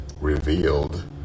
revealed